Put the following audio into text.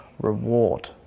reward